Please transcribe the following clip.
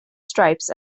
stripes